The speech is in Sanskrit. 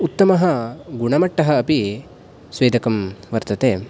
उत्तमः गुणमट्टः अपि स्वेदकं वर्तेते